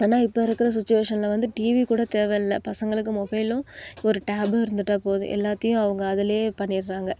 ஆனால் இப்போ இருக்கிற சுச்சிவேஷன்ல வந்து டிவி கூட தேவயில்லை பசங்களுக்கு மொபைலும் ஒரு டேபும் இருந்துவிட்டா போதும் எல்லாத்தையும் அவங்க அதிலே பண்ணிடுறாங்க